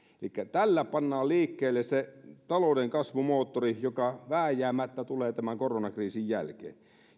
elikkä tällä pannaan liikkeelle se talouden kasvun moottori joka vääjäämättä tulee tämän koronakriisin jälkeen